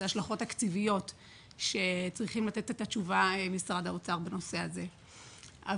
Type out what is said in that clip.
זה השלכות תקציביות שממשרד האוצר צריכים